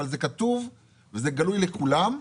אבל זה כתוב וזה גלוי לכולם,